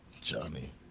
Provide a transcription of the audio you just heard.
Johnny